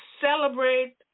celebrate